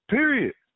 Period